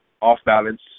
off-balance